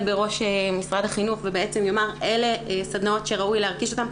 בראש משרד החינוך ובעצם יאמר שאלה סדנאות שראוי לעשות אותן,